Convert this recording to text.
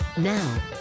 Now